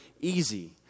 easy